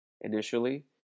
initially